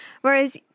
Whereas